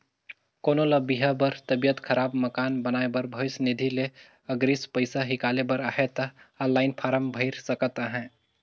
कोनो ल बिहा बर, तबियत खराब, मकान बनाए बर भविस निधि ले अगरिम पइसा हिंकाले बर अहे ता ऑनलाईन फारम भइर सकत अहे